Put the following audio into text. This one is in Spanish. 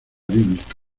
bíblica